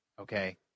okay